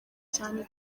cyane